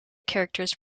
characters